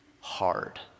hard